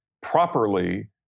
properly